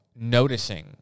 noticing